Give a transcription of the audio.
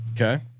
Okay